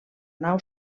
nau